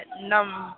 number